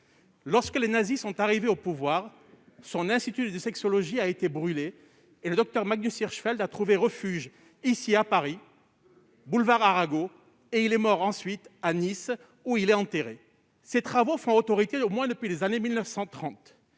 Lorsque les nazis sont arrivés au pouvoir, son institut a été brûlé, et le docteur Magnus Hirschfeld a trouvé refuge ici à Paris, boulevard Arago ; il est mort à Nice, où il est enterré. Ses travaux font autorité depuis au moins les années 1930